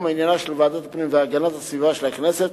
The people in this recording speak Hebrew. ענייניה של ועדת הפנים והגנת הסביבה של הכנסת